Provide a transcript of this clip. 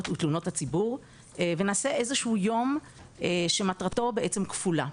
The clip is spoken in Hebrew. ותלונות הציבור ונעשה איזה שהוא יום שמטרתו בעצם כפולה.